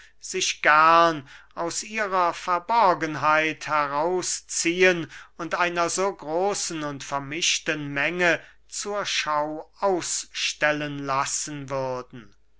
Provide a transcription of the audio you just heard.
sich gern aus ihrer verborgenheit herausziehen und einer so großen vermischten menge zur schau ausstellen lassen würden